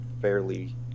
fairly